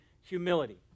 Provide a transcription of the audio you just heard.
humility